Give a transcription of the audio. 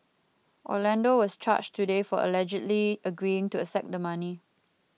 Orlando was charged today for allegedly agreeing to accept the money